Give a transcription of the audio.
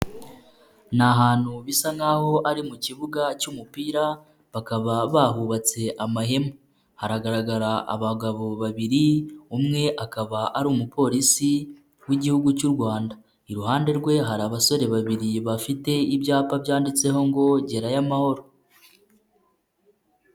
Ni ahantu bisa nk'aho ari mu kibuga cy'umupira bakaba bahubatse amahema, hagaragara abagabo babiri umwe akaba ari umupolisi w'igihugu cy'u Rwanda iruhande rwe hari abasore babiri bafite ibyapa byanditseho ngo gerayo amahoro.